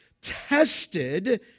tested